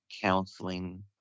counseling